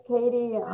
Katie